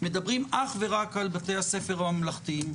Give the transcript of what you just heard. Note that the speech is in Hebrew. מדברים אך ורק על בתי הספר הממלכתיים.